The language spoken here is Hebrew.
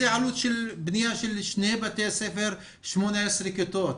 זאת עלות של בנייה של שני בתי ספר עם 18 כיתות.